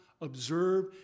observe